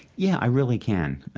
yeah, i really can.